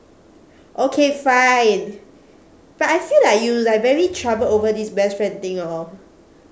okay fine but I feel like you like very troubled over this best friend thing hor